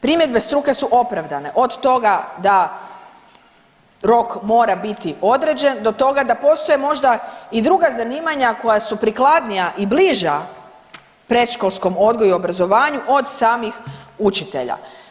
Primjedbe struke su opravdane od toga da rok mora biti određen do toga da postoje možda i druga zanimanja koja su prikladnija i bliža predškolskom odgoju i obrazovanju od samih učitelja.